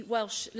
Welsh